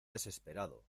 desesperado